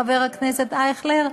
חבר הכנסת אייכלר?